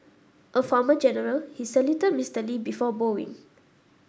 a former general he saluted Mister Lee before bowing